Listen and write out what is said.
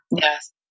Yes